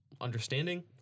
understanding